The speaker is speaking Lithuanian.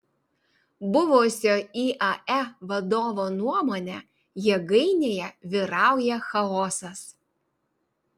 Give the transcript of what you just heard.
buvusio iae vadovo nuomone jėgainėje vyrauja chaosas